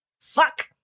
Fuck